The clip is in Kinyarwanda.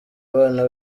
abana